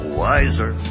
wiser